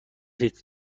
لیتر